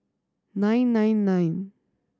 nine nine nine